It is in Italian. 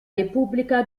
repubblica